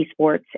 esports